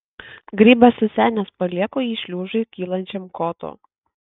grybas susenęs palieku jį šliužui kylančiam kotu